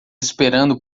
esperando